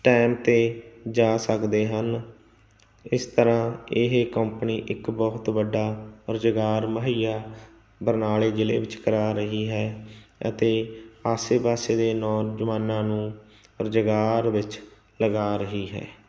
time 'ਤੇ ਜਾ ਸਕਦੇ ਹਨ ਇਸ ਤਰ੍ਹਾਂ ਇਹ ਕੰਪਨੀ ਇੱਕ ਬਹੁਤ ਵੱਡਾ ਰੁਜ਼ਗਾਰ ਮੁਹੱਈਆ ਬਰਨਾਲੇ ਜ਼ਿਲ੍ਹੇ ਵਿੱਚ ਕਰਵਾ ਰਹੀ ਹੈ ਅਤੇ ਆਸੇ ਪਾਸੇ ਦੇ ਨੌਜਵਾਨਾਂ ਨੂੰ ਰੁਜ਼ਗਾਰ ਵਿੱਚ ਲਗਾ ਰਹੀ ਹੈ